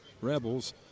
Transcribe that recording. Rebels